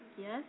Yes